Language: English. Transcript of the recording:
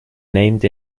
named